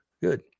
good